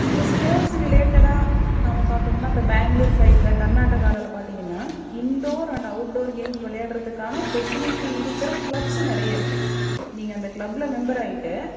இப்போ ஸ்போர்ட்ஸு ரிலேட்டடாக நம்ம பார்த்தோம்னா இப்போ பேங்களூர் சைடில் கர்நாட்டக்காவில் பார்த்திங்கன்னா இன்டோர் அண்ட் அவுட்டோர் கேம்ஸ் விளையாடுறதுக்கான ஃபெசிலிட்டி இருக்கிற கிளப்ஸு நிறைய இருக்கு நீங்கள் அந்த கிளப்பில் மெம்பர் ஆகிட்டு